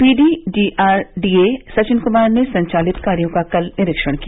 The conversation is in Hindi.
पीडी डीआरडीए सचिन कुमार ने संचालित कार्यों का कल निरीक्षण किया